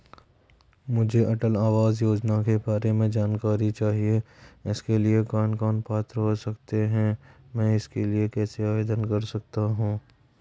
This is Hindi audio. मुझे अटल आवास योजना के बारे में जानकारी चाहिए इसके लिए कौन कौन पात्र हो सकते हैं मैं इसके लिए कैसे आवेदन कर सकता हूँ?